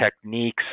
techniques